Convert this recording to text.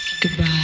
goodbye